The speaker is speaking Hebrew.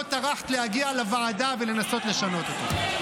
לא טרחת להגיע לוועדה לנסות לשנות אותו.